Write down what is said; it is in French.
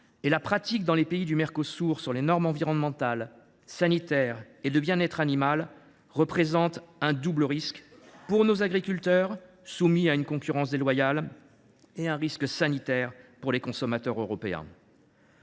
et la pratique dans les pays du Mercosur sur les normes environnementales, sanitaires et de bien être animal représente un double risque, économique pour nos agriculteurs, soumis à une concurrence déloyale, et sanitaire pour les consommateurs européens.